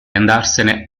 andarsene